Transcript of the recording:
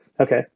okay